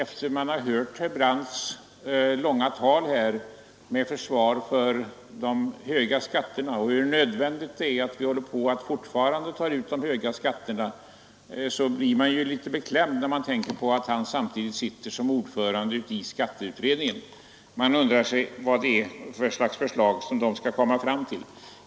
Sedan man hört herr Brandts långa tal med försvar skatterna och allt tal om hur nödvändigt det är att vi fortsätter att ta ut höga skatter, blir man beklämd när man tänker på att han också är ordförande i skatteutredningen. Man undrar vad det är för slags förslag den skall komma fram till.